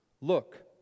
Look